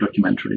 documentaries